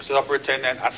Superintendent